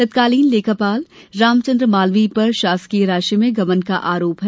तत्कालीन लेखापाल रामचंद्र मालवीय पर शासकीय राशि में गमन का आरोप है